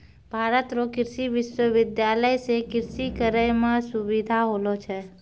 भारत रो कृषि विश्वबिद्यालय से कृषि करै मह सुबिधा होलो छै